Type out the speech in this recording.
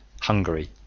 Hungary